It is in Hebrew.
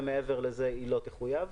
ומעבר לזה - לא תחויב.